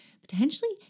potentially